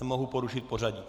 Mohu porušit pořadí.